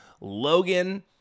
Logan